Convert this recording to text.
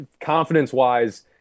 confidence-wise